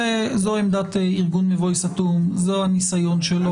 זו עמדת ארגון מבוי סתום, זה הניסיון שלו.